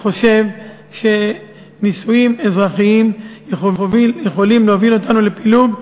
חושב שנישואים אזרחיים יכולים להוביל אותנו לפילוג,